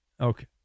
Okay